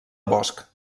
bosc